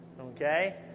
Okay